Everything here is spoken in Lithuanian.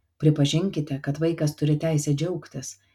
pripažinkite kad vaikas turi teisę džiaugtis